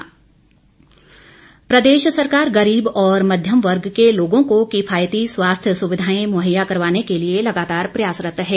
सरवीण प्रदेश सरकार गरीब और मध्यम वर्ग के लोगों को किफायती स्वास्थ्य सुविधाएं मुहैया करवाने के लिए लगातार प्रयासरत्त है